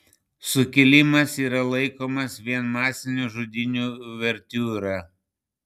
sukilimas yra laikomas vien masinių žudynių uvertiūra